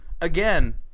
again